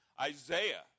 Isaiah